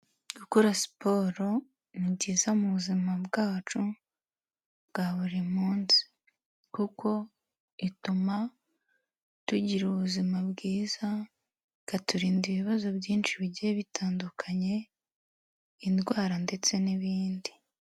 Gukora siporo, ni byiza mu buzima bwacu bwa buri munsi. Kuko ituma tugira ubuzima bwiza, ikaturinda ibibazo byinshi bigiye bitandukanye, indwara ndetse n'ibindi.